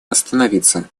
остановиться